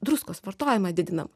druskos vartojimą didinam